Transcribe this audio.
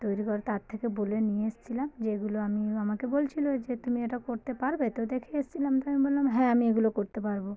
তৈরি কর তার থেকে বলে নিয়ে এসেছিলাম যে এগুলো আমি ও আমাকে বলছিল যে তুমি এটা করতে পারবে তো দেখে এসেছিলাম তাই আমি বললাম হ্যাঁ আমি এগুলো করতে পারব